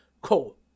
Cool